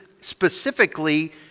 specifically